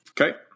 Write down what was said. Okay